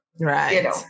Right